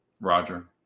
Roger